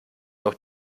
noch